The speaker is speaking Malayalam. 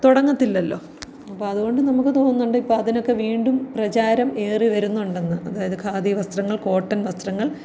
തുടങ്ങില്ലല്ലോ അപ്പോൾ അതുകൊണ്ട് നമുക്ക് തോന്നുന്നുണ്ട് ഇപ്പം അതിനൊക്കെ വീണ്ടും പ്രചാരം ഏറി വരുന്നുണ്ടെന്ന് അതായത് ഖാദി വസ്ത്രങ്ങൾ കോട്ടൺ വസ്ത്രങ്ങൾ